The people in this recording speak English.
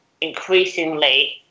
increasingly